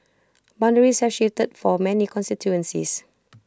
boundaries have shifted for many constituencies